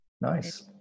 nice